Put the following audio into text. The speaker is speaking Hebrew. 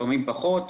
לפעמים פחות,